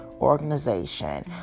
organization